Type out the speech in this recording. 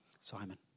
Simon